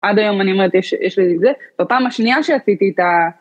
עד היום אני אומרת יש לי את זה, בפעם השנייה שעשיתי את ה...